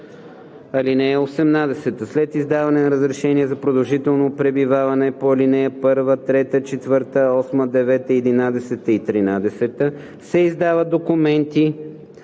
(18) След издаване на разрешение за продължително пребиваване по ал. 1, 3, 4, 8, 9, 11 и 13 се издават документи